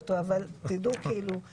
באמת כל הכבוד, רפאל.